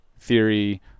theory